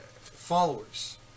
followers